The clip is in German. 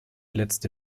letzte